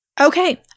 Okay